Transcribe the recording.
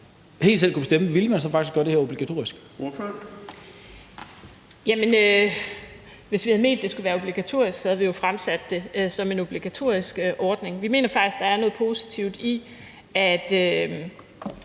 hvis vi havde ment, at det skulle være obligatorisk, havde vi jo fremsat det som et forslag om en obligatorisk ordning. Vi mener faktisk, at der er noget positivt i, at